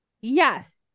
Yes